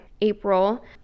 April